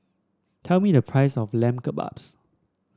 tell me the price of Lamb Kebabs